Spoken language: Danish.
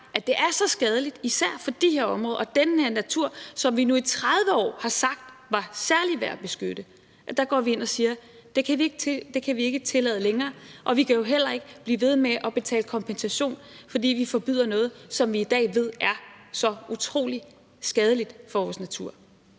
at det er så skadeligt, især for de her områder og den her natur, som vi nu i 30 år har sagt var særlig værd at beskytte. Der går vi ind og siger, at det kan vi ikke tillade længere, og vi kan jo heller ikke blive ved med at betale kompensation, fordi vi forbyder noget, som vi i dag ved er så utrolig skadeligt for vores natur.